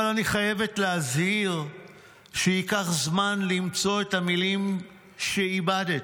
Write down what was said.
אבל אני חייבת להזהיר שייקח זמן למצוא את המילים שאיבדת.